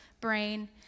brain